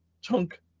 chunk